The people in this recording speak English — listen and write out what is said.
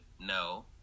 no